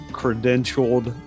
credentialed